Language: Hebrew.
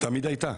תמיד הייתה.